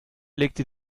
legte